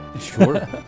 Sure